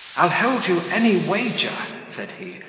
i'll hold you any wager, said he,